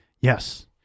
Yes